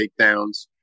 takedowns